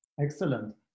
Excellent